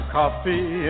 coffee